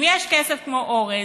אם יש כסף כמו אורז,